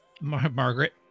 Margaret